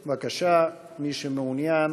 בבקשה, מי שמעוניין